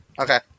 Okay